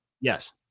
Yes